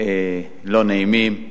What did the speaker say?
לא נעימים,